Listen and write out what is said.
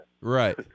Right